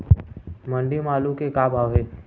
मंडी म आलू के का भाव हे?